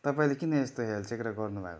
तपाईँले किन यस्तो हेल्चेक्र्याईँ गर्नुभएको